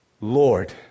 Lord